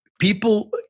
people